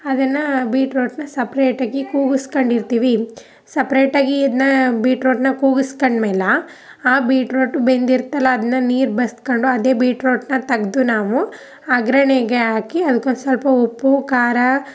ಅದನ್ನೂ ಬೀಟ್ರೋಟ್ನ ಸಪ್ರೇಟಾಗಿ ಕೂಗಿಸ್ಕೊಂಡಿರ್ತೀವಿ ಸಪ್ರೇಟಾಗಿ ಇದನ್ನ ಬೀಟ್ರೋಟ್ನ ಕೂಗಿಸ್ಕೊಂಡ್ಮೇಲ ಆ ಬೀಟ್ರೋಟು ಬೆಂದಿರ್ತಲ್ಲ ಅದನ್ನ ನೀರು ಬಸೆದ್ಕೊಂಡು ಅದೇ ಬೀಟ್ರೋಟ್ನ ತೆಗ್ದು ನಾವು ಅಗ್ರಣಿಗೆ ಹಾಕಿ ಅದಕ್ಕೊಂದು ಸ್ವಲ್ಪ ಉಪ್ಪು ಖಾರ